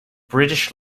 british